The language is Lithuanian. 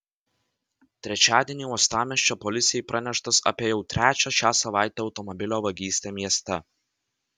trečiadienį uostamiesčio policijai praneštas apie jau trečią šią savaitę automobilio vagystę mieste